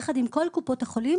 יחד עם כל קופות החולים,